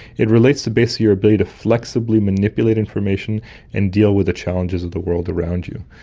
it relates to basically your ability to flexibly manipulate information and deal with the challenges of the world around you.